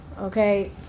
okay